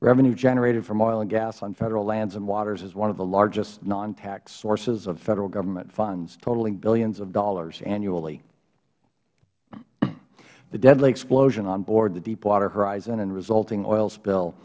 revenue generated from oil and gas on federal lands and waters is one of the largest nontaxed sources of federal government funds totaling billions of dollars annually the deadly explosion onboard the deepwater horizon and resulting oil spill